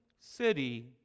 city